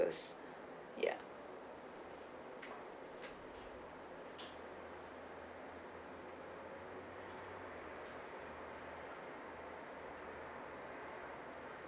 yeah